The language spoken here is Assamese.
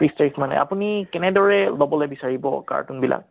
বিছ তাৰিখ মানে আপুনি কেনেদৰে ল'বলৈ বিচাৰিব কাৰ্টুনবিলাক